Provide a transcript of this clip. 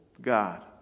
God